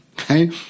okay